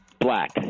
Black